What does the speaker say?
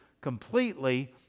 completely